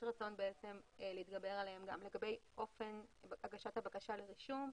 רצון להתגבר עליהן לגבי אופן הגשת הבקשה לרישום,